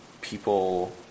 people